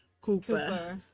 Cooper